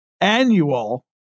annual